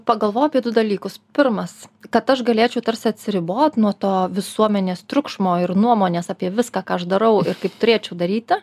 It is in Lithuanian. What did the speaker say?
pagalvo apie du dalykus pirmas kad aš galėčiau tarsi atsiribot nuo to visuomenės triukšmo ir nuomonės apie viską ką aš darau ir kaip turėčiau daryti